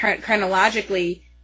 chronologically